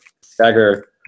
Stagger